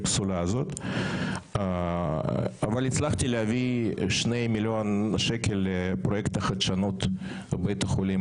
זה עקרון מאוד חשוב שקודם בהסתייגויות של סיעת ישראל ביתנו.